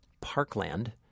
Parkland